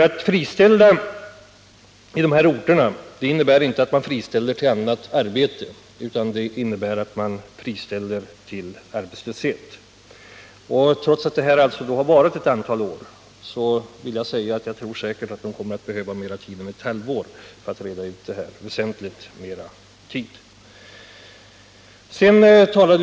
Att friställa en person på de här orterna innebär inte att man friställer vederbörande till annat arbete utan friställningen leder till arbetslöshet. Trots att problemen funnits ett antal år tror jag att man behöver väsentligt mer tid än ett halvår för att reda upp situationen.